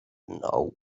know